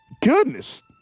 Goodness